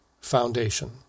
foundation